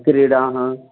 क्रीडाः